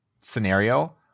scenario